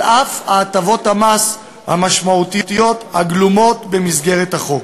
על אף הטבות המס המשמעותיות הגלומות בחוק.